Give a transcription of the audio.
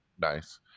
nice